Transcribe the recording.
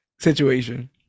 situation